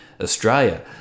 Australia